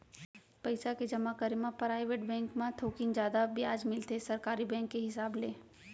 पइसा के जमा करे म पराइवेट बेंक म थोकिन जादा बियाज मिलथे सरकारी बेंक के हिसाब ले